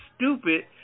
stupid